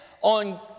on